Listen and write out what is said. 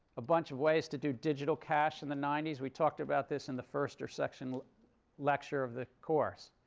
a bunch of ways to do digital cash in the ninety s? we talked about this in the first or section lecture of the course.